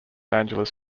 angeles